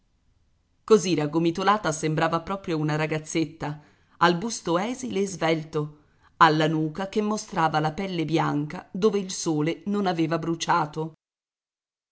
a quelle occhiaie livide così raggomitolata sembrava proprio una ragazzetta al busto esile e svelto alla nuca che mostrava la pelle bianca dove il sole non aveva bruciato